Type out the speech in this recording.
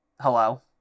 hello